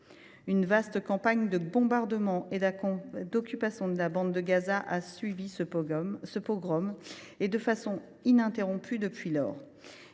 Une vaste campagne de bombardements et d’occupation de la bande de Gaza a suivi ce pogrom, de façon ininterrompue depuis lors.